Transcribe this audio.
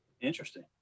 interesting